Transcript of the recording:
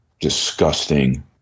disgusting